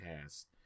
cast